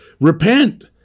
Repent